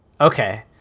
Okay